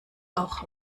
auch